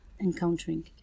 encountering